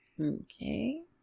Okay